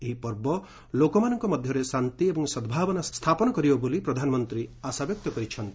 ଏହି ପର୍ବ ଲୋକମାନଙ୍କ ମଧ୍ୟରେ ଶାନ୍ତି ଏବଂ ସଦ୍ଭାବନା ସ୍ଥାପନ କରିବ ବୋଲି ପ୍ରଧାନମନ୍ତ୍ରୀ ଆଶାବ୍ୟକ୍ତ କରିଛନ୍ତି